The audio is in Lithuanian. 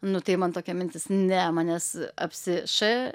nu tai man tokia mintis ne manęs apsi š